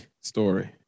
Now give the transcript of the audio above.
story